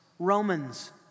Romans